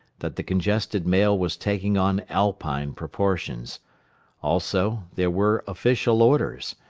that the congested mail was taking on alpine proportions also, there were official orders.